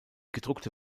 gedruckte